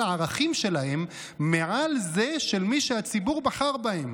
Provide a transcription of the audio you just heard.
הערכים שלהם מעל זה של מי שהציבור בחר בהם,